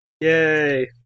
Yay